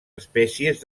espècies